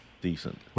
decent